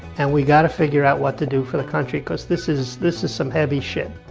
and we gotta figure out what to do for the country because this is, this is some heavy shit.